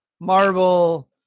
marble